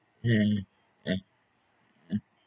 ya ya ya